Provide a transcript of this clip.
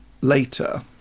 later